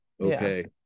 Okay